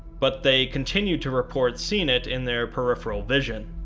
but they continued to report seeing it in their peripheral vision.